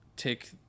take